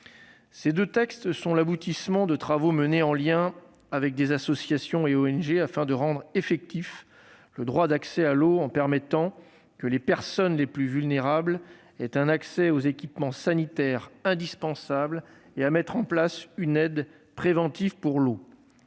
Ces deux textes sont l'aboutissement de travaux menés en lien avec des associations et ONG afin de rendre effectif le droit d'accès à l'eau en permettant que les personnes les plus vulnérables disposent d'un accès aux équipements sanitaires indispensables et de mettre en place une aide préventive pour l'eau.